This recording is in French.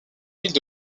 ville